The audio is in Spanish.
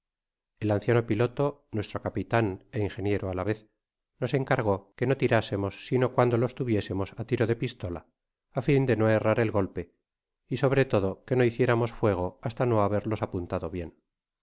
el anciano piloto nuestro capitan é ingeniero á la vez nos encargó que bo tirásemos sino cuando los tuviésemos á tiro de pistola á fin de no errar el golpe y sobre todo que no hiciéramos fuego hasta no haberlos apuntado bien